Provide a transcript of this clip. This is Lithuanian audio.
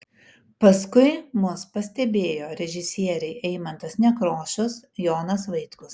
paskui mus pastebėjo režisieriai eimuntas nekrošius jonas vaitkus